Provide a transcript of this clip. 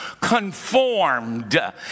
conformed